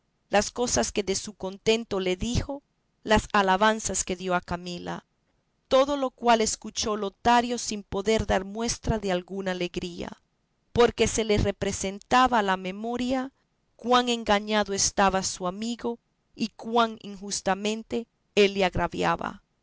las cosas que de su contento le dijo las alabanzas que dio a camila todo lo cual escuchó lotario sin poder dar muestras de alguna alegría porque se le representaba a la memoria cuán engañado estaba su amigo y cuán injustamente él le agraviaba